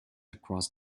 across